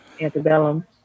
antebellum